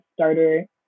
starter